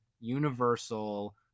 universal